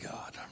God